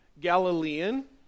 Galilean